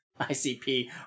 ICP